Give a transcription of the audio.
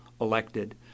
elected